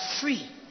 free